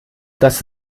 dass